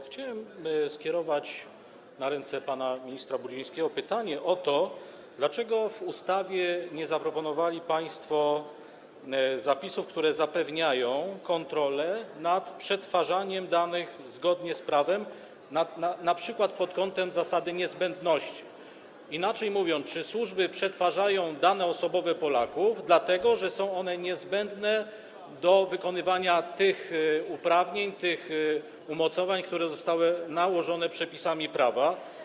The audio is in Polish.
Chciałem skierować do pana ministra Brudzińskiego pytanie o to, dlaczego w ustawie nie zaproponowali państwo zapisów, które zapewniają kontrolę nad przetwarzaniem danych zgodnie z prawem, np. pod kątem zasady niezbędności - inaczej mówiąc, czy służby przetwarzają dane osobowe Polaków dlatego, że są one niezbędne do wykonywania tych uprawnień, tych umocowań, które zostały nałożone przepisami prawa.